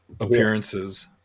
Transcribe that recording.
appearances